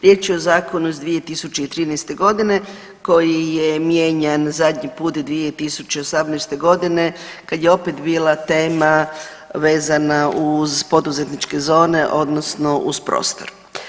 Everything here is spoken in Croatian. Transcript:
Riječ je o zakonu iz 2013. g. koji je mijenjan zadnji put 2018. g. kad je opet bila tema vezana uz poduzetničke zone odnosno uz prostor.